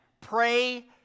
pray